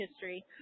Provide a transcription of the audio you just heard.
history